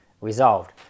resolved